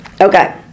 Okay